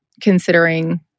considering